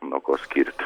nuo ko skirt